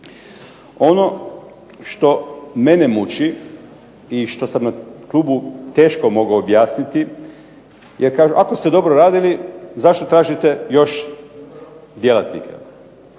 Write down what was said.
Ono što mene muči, i što sam na klubu teško mogao objasniti, je kad, ako ste dobro radili zašto tražite još djelatnika.